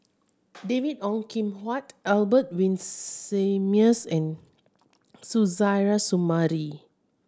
David Ong Kim Huat Albert Winsemius and Suzairhe Sumari